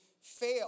fail